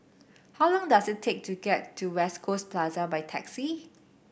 how long does it take to get to West Coast Plaza by taxi